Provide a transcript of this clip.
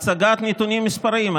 הצגת נתונים מספריים.